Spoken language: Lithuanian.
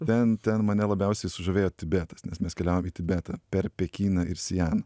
ten ten mane labiausiai sužavėjo tibetas nes mes keliavom į tibetą per pekiną ir sianą